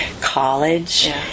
college